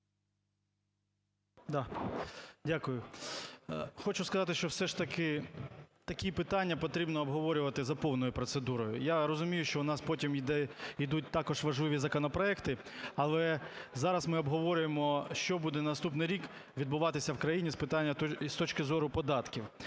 Дякую. Хочу сказати, що все ж таки такі питання потрібно обговорювати за повною процедурою. Я розумію, що у нас потім ідуть також важливі законопроекти, але зараз ми обговорюємо, що буде на наступний рік відбуватися в країні з питання з точки зору податків.